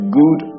good